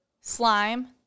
slime